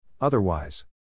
Otherwise